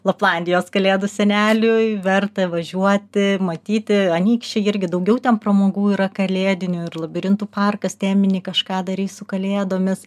laplandijos kalėdų seneliui verta važiuoti matyti anykščiai irgi daugiau ten pramogų yra kalėdinių ir labirintų parkas teminį kažką darys su kalėdomis